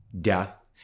death